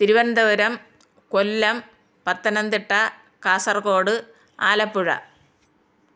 Thiruvananthapuram Kollam Pathanamthitta Kasaragod Alappuzha